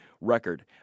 record